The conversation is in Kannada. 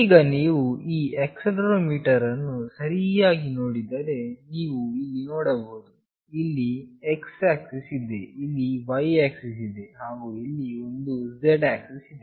ಈಗ ನೀವು ಈ ಆಕ್ಸೆಲೆರೋಮೀಟರ್ ಅನ್ನು ಸರಿಯಾಗಿ ನೋಡಿದರೆ ನೀವು ಇಲ್ಲಿ ನೋಡಬಹುದು ಇಲ್ಲಿ x ಆಕ್ಸಿಸ್ ಇದೆ ಇಲ್ಲಿ y ಆಕ್ಸಿಸ್ ಇದೆ ಹಾಗು ಇಲ್ಲಿ ಒಂದು z ಆಕ್ಸಿಸ್ ಇದೆ